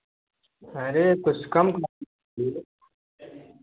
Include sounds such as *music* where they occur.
अरे कुछ कम *unintelligible* कीजिए